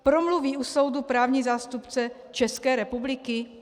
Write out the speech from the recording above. Promluví u soudu právní zástupce České republiky?